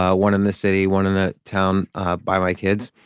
ah one in the city, one in the town ah by my kids,